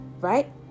right